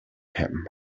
him